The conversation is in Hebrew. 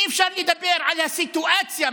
אי-אפשר לדבר על הסיטואציה.